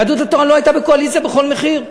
יהדות התורה לא הייתה בקואליציה בכל מחיר.